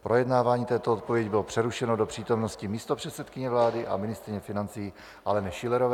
Projednávání této odpovědi bylo přerušeno do přítomnosti místopředsedkyně vlády a ministryně financí Aleny Schillerové.